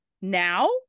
now